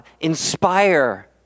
inspire